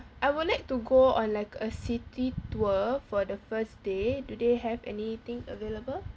I would like to go on like a city tour for the first day do they have anything available